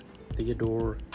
Theodore